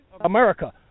America